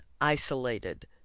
isolated